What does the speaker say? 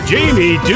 Jamie